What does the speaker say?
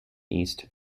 east